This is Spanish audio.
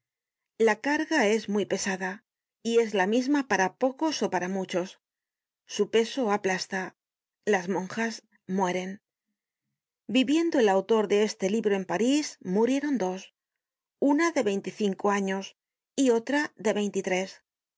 la carga es muy pesada y es la misma para pocos ó para muchos su peso aplasta las monjas mueren viviendo el autor de este libro en parís murieron dos una de veinticinco años y otra de veintitres